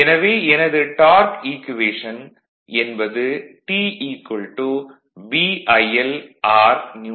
எனவே எனது torque equation என்பது T r Nm